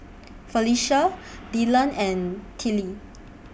Felecia Dylan and Tillie